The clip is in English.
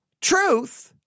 truth